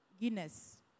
guinness